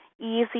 easy